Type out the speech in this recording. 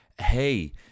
hey